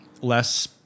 less